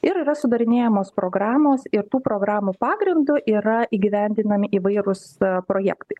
ir yra sudarinėjamos programos ir tų programų pagrindu yra įgyvendinami įvairūs projektai